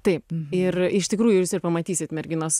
taip ir iš tikrųjų jūs ir pamatysit merginos